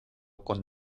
con